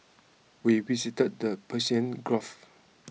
we visited the Persian Gulf